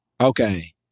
okay